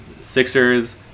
Sixers